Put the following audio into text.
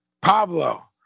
Pablo